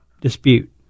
dispute